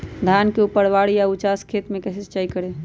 धान के ऊपरवार या उचास खेत मे कैसे सिंचाई करें?